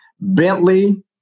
Bentley